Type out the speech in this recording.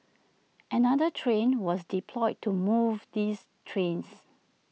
another train was deployed to move these trains